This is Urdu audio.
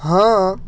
ہاں